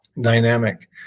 dynamic